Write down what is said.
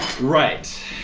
Right